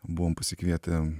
buvom pasikvietę